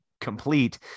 complete